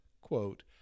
quote